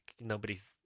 nobody's